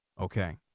Okay